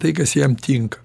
tai kas jam tinka